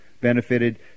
Benefited